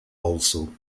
also